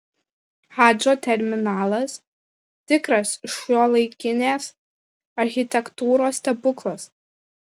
hadžo terminalas tikras šiuolaikinės architektūros stebuklas